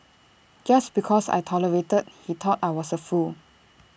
just because I tolerated he thought I was A fool